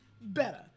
better